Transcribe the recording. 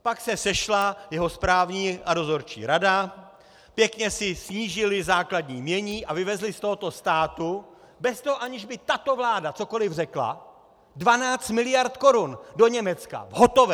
Pak se sešla jeho správní a dozorčí rada, pěkně si snížili základní jmění a vyvezli z tohoto státu bez toho, aniž by tato vláda cokoliv řekla, 12 mld. korun do Německa v hotových!